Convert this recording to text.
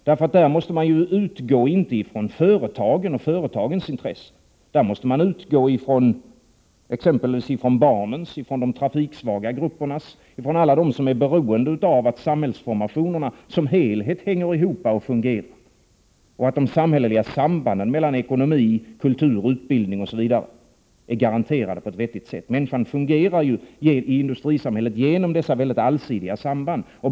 Den frågeställningen kräver att man i stället för att utgå från företagen och företagens intressen utgår från barnens eller från andra svaga gruppers intressen — med andra ord utifrån alla dem som är beroende av att samhällsformationerna som helhet hänger ihop och fungerar och att de samhälleliga sambanden mellan ekonomi, kultur, utbildning osv. är garanterade på ett vettigt sätt. Människan i industrisamhället fungerar ju genom dessa mycket allsidiga samband.